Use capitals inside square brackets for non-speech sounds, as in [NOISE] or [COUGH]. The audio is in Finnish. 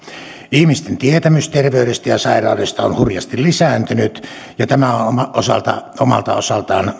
ihmisten tietämys terveydestä ja sairaudesta on hurjasti lisääntynyt ja tämä on omalta osaltaan [UNINTELLIGIBLE]